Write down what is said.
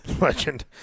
Legend